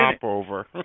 popover